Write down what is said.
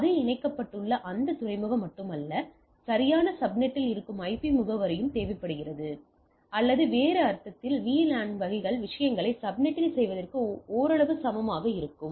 எனவே அது இணைக்கப்பட்டுள்ள அந்த துறைமுகம் மட்டுமல்ல சரியான சப்நெட்டில் இருக்கும் ஐபி முகவரியும் தேவைப்படுகிறது அல்லது வேறு அர்த்தத்தில் VLAN வகை விஷயங்களை சப்நெட்டிங் செய்வதில் ஓரளவு சமமாக இருக்கும்